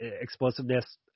explosiveness